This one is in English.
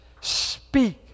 speak